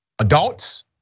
adults